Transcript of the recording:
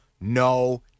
No